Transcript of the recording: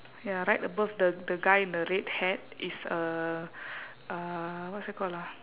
ya right above the the guy in the red hat is a uh what's that called ah